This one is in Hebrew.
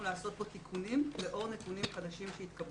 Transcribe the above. לעשות בו תיקונים לאור נתונים חדשים שהתקבלו.